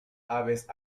aves